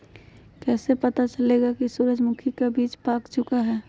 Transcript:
कैसे पता चलेगा की सूरजमुखी का बिज पाक चूका है?